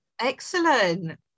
Excellent